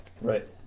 Right